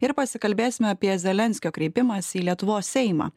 ir pasikalbėsime apie zelenskio kreipimąsi į lietuvos seimą